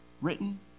written